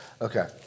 Okay